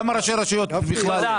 בכמה ראשי רשויות מדובר?